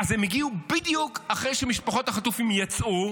אז הם הגיעו בדיוק אחרי שמשפחות החטופים יצאו,